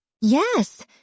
Yes